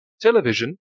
television